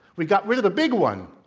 we got rid of the big one,